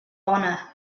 honor